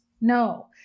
no